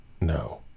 no